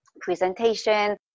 presentation